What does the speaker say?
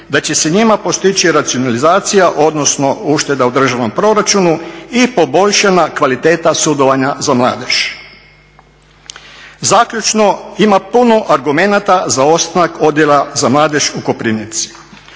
da će se njima postići racionalizacija, odnosno ušteda u državnom proračunu i poboljšana kvaliteta sudovanja za mladež. Zaključno ima puno argumenata za ostanak Odjela za mladež u Koprivnici.